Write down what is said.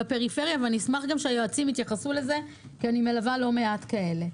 אשמח שהיועצים יתייחסו לזה כי אני מלווה לא מעט כאלה.